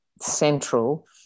central